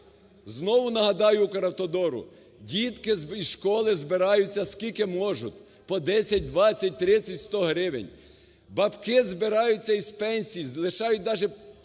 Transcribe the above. Знову нагадаю "Укравтодору", дітки із школи збираються скільки можуть – по 10, 20, 30, 100 гривень, бабки збираються із пенсій, лишають даже